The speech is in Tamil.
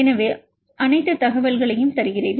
எனவே நீங்கள் அனைத்து தகவல்களையும் தருகிறீர்கள்